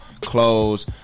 Clothes